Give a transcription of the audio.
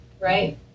Right